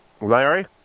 Larry